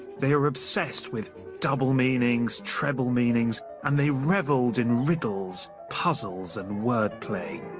they were obsessed with double meanings, treble meanings. and they revelled in riddles, puzzles and wordplay.